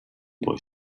boy